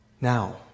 Now